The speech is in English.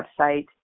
website